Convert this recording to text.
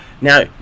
now